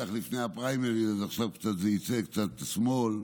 בטח לפני הפריימריז עכשיו יצא קצת שמאל.